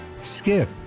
Skip